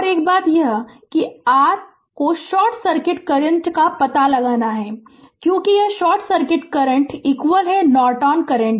एक और बात यह है कि r को शॉर्ट सर्किट करंट का पता लगाना है क्योंकि यह short circuit current Norton current है